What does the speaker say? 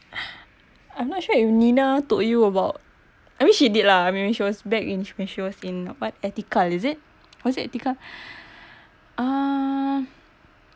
I'm not sure if nina told you about I mean she did lah I mean she was back in when she was in what Etiqa is it was it Etiqa uh